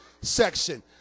section